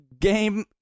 game